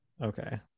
Okay